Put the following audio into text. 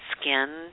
skin